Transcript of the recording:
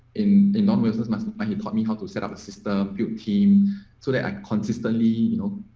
in enormous taught me how to set up a system you team today i consistently, you know